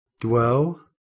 dwell